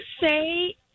say